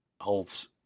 Holds